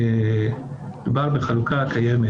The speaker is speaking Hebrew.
מדובר בחלוקה הקיימת,